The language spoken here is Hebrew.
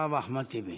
אחריו, אחמד טיבי.